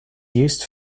used